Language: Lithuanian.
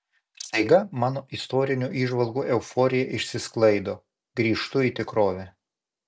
staiga mano istorinių įžvalgų euforija išsisklaido grįžtu į tikrovę